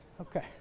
Okay